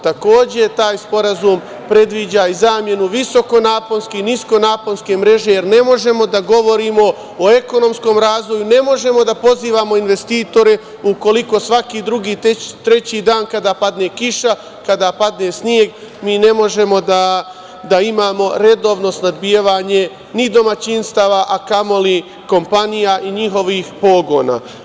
Takođe, taj sporazum predviđa i zamenu visokonaponskih i niskonaponske mreže, jer ne možemo da govorimo o ekonomskom razvoju, ne možemo da pozivamo investitore ukoliko svaki drugi, treći dan kada padne kiša, kada padne sneg mi ne možemo da imamo redovno snabdevanje ni domaćinstava, a kamoli kompanija i njihovih pogona.